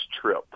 trip